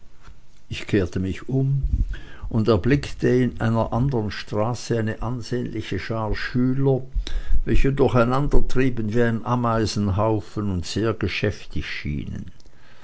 ich kehrte mich um und erblickte in einer anderen straße eine ansehnliche schar schüler welche durcheinandertrieben wie ein ameisenhaufen und sehr geschäftig schienen